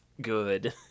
good